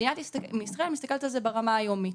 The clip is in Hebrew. מדינת ישראל מסתכלת על זה ברמה היומית.